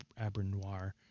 Abernoir